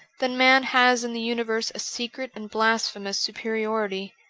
then man has in the universe a secret and blasphemous superiority.